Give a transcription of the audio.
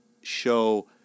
show